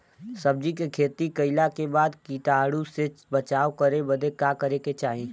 सब्जी के खेती कइला के बाद कीटाणु से बचाव करे बदे का करे के चाही?